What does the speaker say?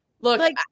Look